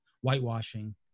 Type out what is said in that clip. whitewashing